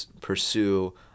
pursue